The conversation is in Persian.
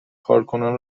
کارکنان